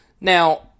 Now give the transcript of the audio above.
Now